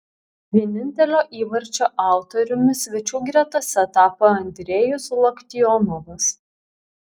vienintelio įvarčio autoriumi svečių gretose tapo andrejus loktionovas